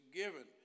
given